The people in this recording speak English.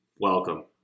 Welcome